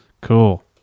Cool